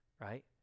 right